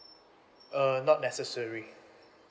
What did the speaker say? err not necessary